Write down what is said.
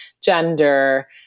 gender